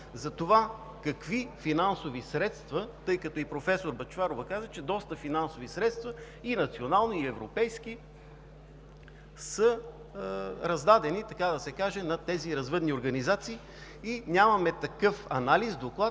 анализ за финансовите средства. Както и професор Бъчварова каза, че доста финансови средства – и национални, и европейски, са раздадени, така да се каже, на тези развъдни организации и нямаме такъв анализ, доклад,